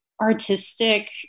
artistic